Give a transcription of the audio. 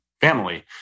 family